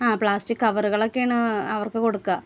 ആ പ്ലാസ്റ്റിക് കവറുകൾ ഒക്കെയാണ് അവർക്ക് കൊടുക്കുക